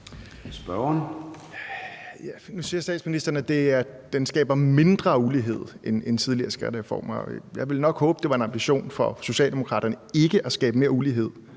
Nu siger statsministeren, at den skaber mindre ulighed end tidligere skattereformer. Jeg ville nok håbe, at det var en ambition for Socialdemokraterne ikke at skabe mere ulighed.